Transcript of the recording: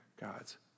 God's